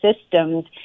systems